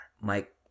Mike